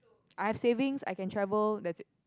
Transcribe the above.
I've savings I can travel that's it